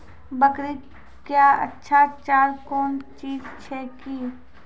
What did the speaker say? बकरी क्या अच्छा चार कौन चीज छै के?